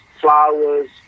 flowers